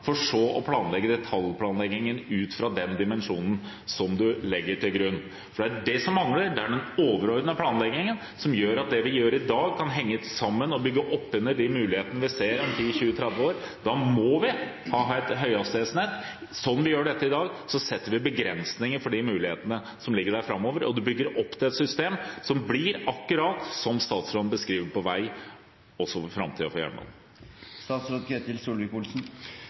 for så å planlegge detaljene ut fra den dimensjoneringen som en legger til grunn. Det er den overordnede planleggingen som mangler, og som gjør at det vi gjør i dag, kan henge sammen og bygge oppunder de mulighetene vi ser om 10–20–30 år. Da må vi ha et høyhastighetsnett. Sånn som vi gjør dette i dag, setter vi begrensninger for de mulighetene som ligger der framover, og det legger opp til et system for jernbanen for framtiden som blir akkurat som statsråden beskriver det for vei.